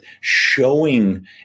showing